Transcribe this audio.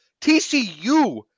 TCU